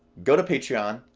go to patreon,